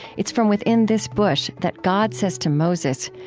it's from within this bush that god says to moses,